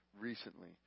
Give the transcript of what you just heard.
recently